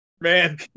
man